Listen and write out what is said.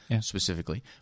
specifically